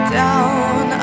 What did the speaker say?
down